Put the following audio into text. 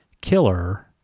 killer